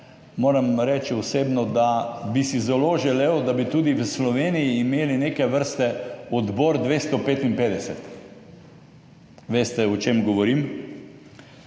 moram reči, da bi si osebno zelo želel, da bi tudi v Sloveniji imeli neke vrste Odbor 255. Veste, o čem govorim?